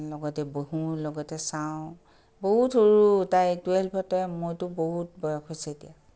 লগতে বহোঁ লগতে চাওঁ বহুত সৰু তাই টুৱেল্ভটহে মইতো বহুত বয়স হৈছে এতিয়া